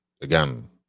again